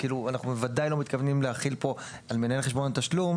ודאי לא מתכוונים להחיל פה תשלום על מנהל חשבון התשלום,